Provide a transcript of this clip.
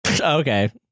Okay